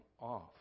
off